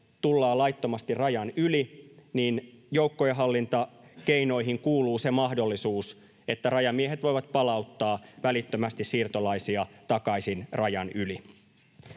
tullaan laittomasti rajan yli, niin joukkojenhallintakeinoihin kuuluu se mahdollisuus, että rajamiehet voivat palauttaa välittömästi siirtolaisia takaisin rajan yli.